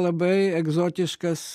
labai egzotiškas